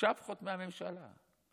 צ'פחות מהממשלה.